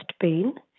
pain